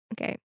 Okay